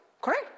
Correct